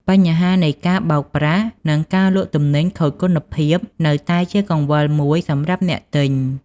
បញ្ហានៃការបោកប្រាស់និងការលក់ទំនិញខូចគុណភាពនៅតែជាកង្វល់មួយសម្រាប់អ្នកទិញ។